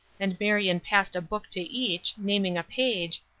and marion passed a book to each, naming a page,